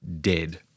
dead